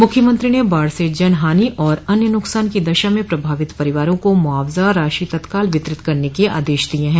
मुख्यमंत्री ने बाढ़ से जन हानि और अन्य नुकसान की दशा में प्रभावित परिवारों को मुआवजा राशि तत्काल वितरित करने के आदेश दिये हैं